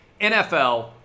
NFL